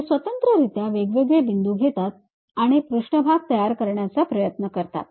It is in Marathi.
ते स्वतंत्ररित्या वेगवेगळे बिंदू घेतात आणि पृष्ठभाग तयार करण्याचा प्रयत्न करतात